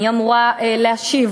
היא אמורה להשיב